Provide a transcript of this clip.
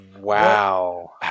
Wow